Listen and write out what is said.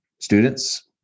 students